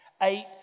Eight